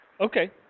Okay